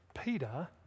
Peter